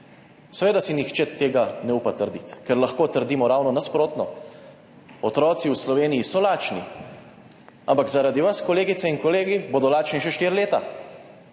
Seveda si nihče tega ne upa trditi, ker lahko trdimo ravno nasprotno. Otroci v Sloveniji so lačni. Ampak zaradi vas, kolegice in kolegi, bodo lačni še štiri leta.